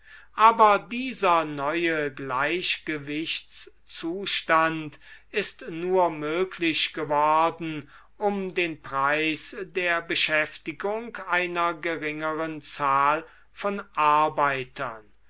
aber dieser neue gleichgewichtszustand ist nur möghch geworden um den preis der beschäftigung einer geringeren zahl von arbeitern